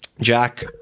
Jack